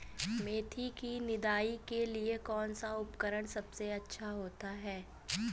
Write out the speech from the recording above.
मेथी की निदाई के लिए कौन सा उपकरण सबसे अच्छा होता है?